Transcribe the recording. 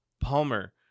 Palmer